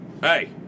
hey